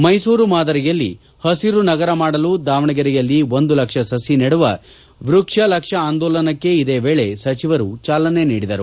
ಮೈಸೂರು ಮಾದರಿಯಲ್ಲಿ ಹಸಿರು ನಗರ ಮಾಡಲು ದಾವಣಗೆರೆ ಯಲ್ಲಿ ಒಂದು ಲಕ್ಷ ಸು ನೆಡುವ ಲಕ್ಷ ವ್ಯಕ್ತ ಆಂದೋಲನಕ್ಕೆ ಇದೇ ವೇಳೆ ಸಚಿವರು ಚಾಲನೆ ನೀಡಿದರು